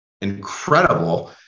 incredible